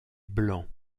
blancs